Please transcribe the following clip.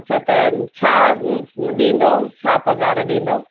अछा त छा ॾींदव छा पघार ॾींदव